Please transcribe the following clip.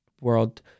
world